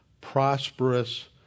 prosperous